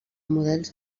models